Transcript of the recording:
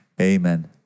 Amen